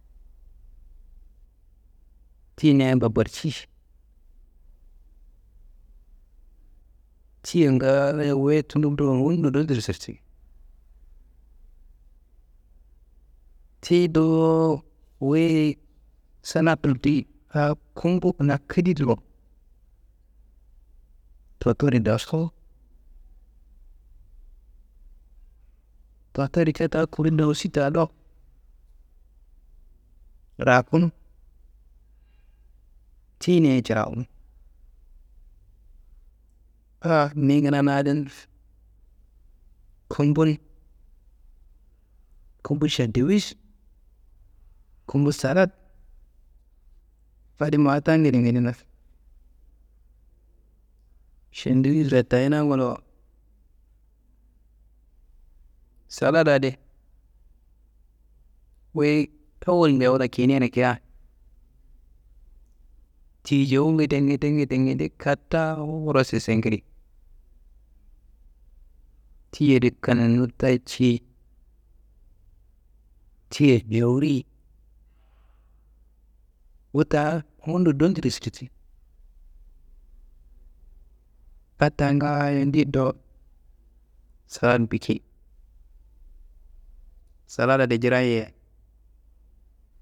Tiyinian babarsi tiya ngaayo wuye tunudo wundo dandiro zirdi. Tiyi dowo wuyi salatulti a kumbu kina kilidwa ndotiriyi dawusku, ndotoriyi ca taa kuri dawusi taaro rakunu tiyiniayi cirawunu a ni kina nadin kumbu, kumbu šandiwiš, kumbu salad, adi ma taa ngedengedena šandiwiš ratayina ngolowo. Salad adi wuyi awal bil awal kiyinear yikiya tiyijowu ngedengede ngedengede kadaa wuro sisangiriyi. Tiadi kanuye taci, tiya jowuriyi wuta ngundo dandiro zirdi. A taa ngaayo ndiddo salad biki, saladadi njirayiye.